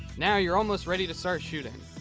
now you're almost ready to start shooting.